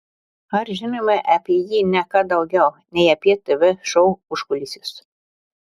ir žinome apie jį ne ką daugiau nei apie tv šou užkulisius